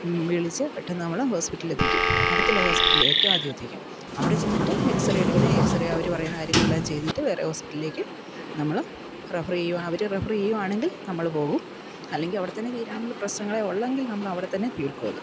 വിളിച്ച് പെട്ടെന്ന് നമ്മള് ഹോസ്പിറ്റലിലെത്തിക്കും അടുത്തുള്ള ഹോസ്പിറ്റലിൽ ഏറ്റവും ആദ്യം എത്തിക്കും അവിടെ ചെന്നിട്ട് എക്സ്റേ എടുക്കണേൽ എക്സ്റേ അവര് പറയുന്ന കാര്യങ്ങളെല്ലാം ചെയ്തിട്ട് വേറെ ഹോസ്പിറ്റലിലേക്ക് നമ്മള് റെഫർ ചെയ്യുക അവര് റെഫർ ചെയ്യുകയാണെങ്കിൽ നമ്മള് പോകും അല്ലെങ്കിൽ അവിടെത്തന്നെ തീരാനുള്ള പ്രശ്നങ്ങളെ ഉള്ളുവെങ്കിൽ നമ്മളവിടെ തന്നെ തീർക്കും അത്